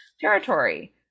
territory